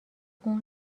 اون